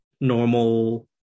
normal